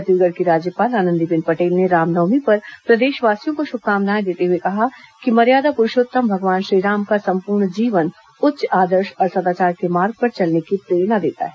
छत्तीसगढ़ की राज्यपाल आनंदीबेन पटेल ने रामनवमी पर प्रदेशवासियों को शुभकामनाएं देते हुए कहा है कि मर्यादा पुरूषोत्तम भगवान श्रीराम का संपूर्ण जीवन उच्च आदर्श और सदाचार के मार्ग पर चलने की प्रेरणा देता है